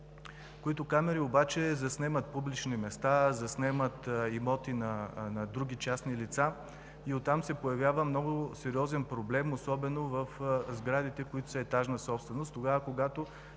Камерите обаче заснемат публични места, имоти на други частни лица и оттам се появява много сериозен проблем особено в сградите, които са етажна собственост,